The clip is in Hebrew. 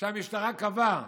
שהמשטרה קבעה,